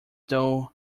though